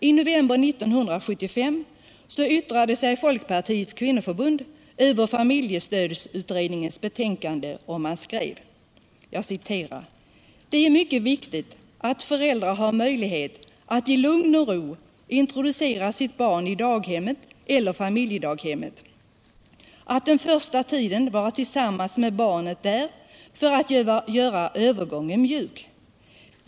I november 1975 yttrade sig Folkpartiets kvinnoförbund över familjestödsutredningens betänkande, och man skrev: ”Det är mycket viktigt att föräldrar har möjlighet att i lugn och ro introducera sitt barn i daghemmet eller familjedaghemmet, och den första tiden vara tillsammans med barnet där för att göra övergången mjuk.